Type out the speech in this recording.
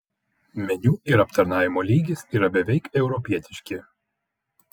meniu ir aptarnavimo lygis yra beveik europietiški